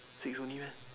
six only meh